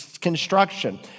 construction